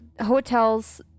hotels